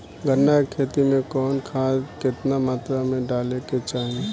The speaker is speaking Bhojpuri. गन्ना के खेती में कवन खाद केतना मात्रा में डाले के चाही?